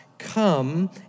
come